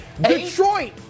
Detroit